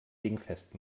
dingfest